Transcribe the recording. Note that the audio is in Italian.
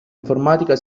informatica